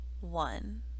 one